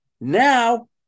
Now